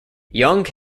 young